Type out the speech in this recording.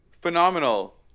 Phenomenal